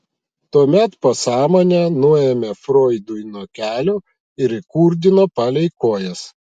tuomet pasąmonę nuėmė froidui nuo kelio ir įkurdino palei kojas